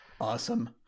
awesome